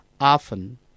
often